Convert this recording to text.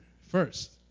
first